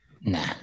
Nah